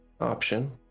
option